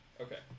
Okay